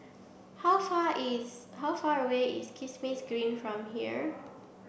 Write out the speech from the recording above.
how far is how far away is Kismis Green from here